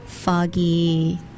Foggy